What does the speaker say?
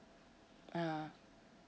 ah